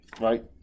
right